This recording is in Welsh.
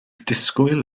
disgwyl